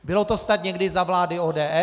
Bylo to snad někdy za vlády ODS?